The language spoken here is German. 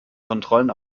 kontrollen